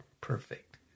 perfect